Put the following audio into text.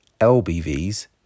LBVs